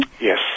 Yes